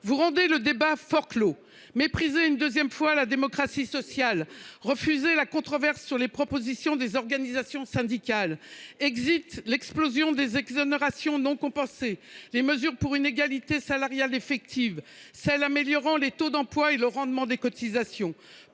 en sorte que le débat soit forclos, vous méprisez une seconde fois la démocratie sociale et vous refusez la controverse sur les propositions des organisations syndicales : l’explosion des exonérations non compensées, les mesures pour une égalité salariale effective, les dispositions améliorant le taux d’emploi et le rendement des cotisations